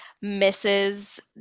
misses